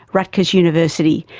rutgers university,